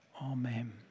Amen